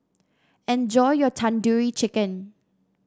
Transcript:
enjoy your Tandoori Chicken